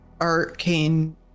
arcane